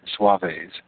Suaves